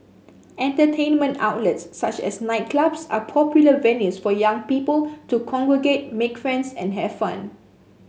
entertainment outlets such as nightclubs are popular venues for young people to congregate make friends and have fun